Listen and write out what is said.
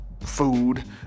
food